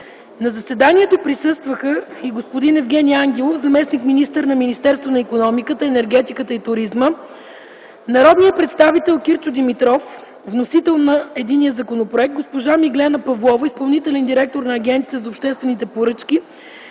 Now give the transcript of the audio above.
На заседанието присъстваха господин Евгени Ангелов – заместник-министър на икономиката, енергетиката и туризма, народният представител Кирчо Димитров – вносител на единия законопроект, госпожа Миглена Павлова – изпълнителен директор на Агенцията за обществените поръчки,